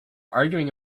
arguing